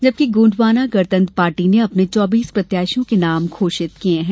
जबकि गोंडवाना गणतंत्र पार्टी ने अपने चौबीस प्रत्याशियों के नाम घोषित किये हैं